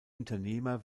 unternehmer